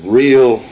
real